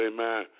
Amen